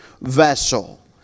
vessel